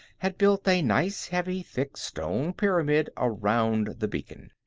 had built a nice heavy, thick stone pyramid around the beacon.